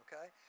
Okay